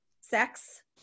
sex